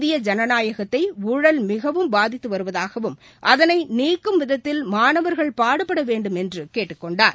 இந்திய ஜனநாயகத்தை ஊழல் மிகவும் பாதித்து வருவதாகவும் அதனை நீக்கும் விதத்தில் மாணவர்கள் பாடுபட வேண்டும் என்று கேட்டுக்கொண்டார்